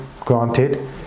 granted